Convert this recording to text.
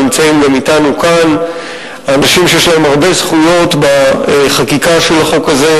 גם נמצאים אתנו כאן אנשים שיש להם הרבה זכויות בחקיקה של החוק הזה,